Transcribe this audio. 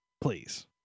Please